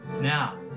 Now